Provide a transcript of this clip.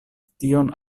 tion